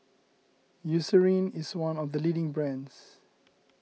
Eucerin is one of the leading brands